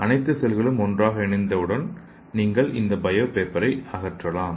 அனைத்து செல்களும் ஒன்றாக இணைந்தவுடன் நீங்கள் இந்த பயோ பேப்பரை அகற்றலாம்